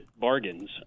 bargains